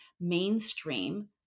mainstream